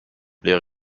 les